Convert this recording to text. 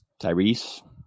Tyrese